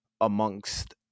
amongst